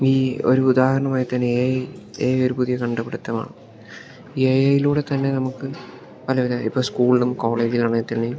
ഈ ഒരു ഉദാഹരണമായി തന്നെ എ ഐ എ ഐ ഒരു പുതിയ കണ്ടുപിടുത്തമാണ് എ ഐയിലൂടെ തന്നെ നമുക്ക് പലവിധം ഇപ്പം സ്കൂളിലും കോളേജിലാണേൽ തന്നെ